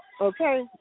Okay